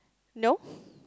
no